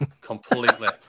Completely